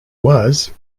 was